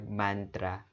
mantra